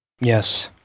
Yes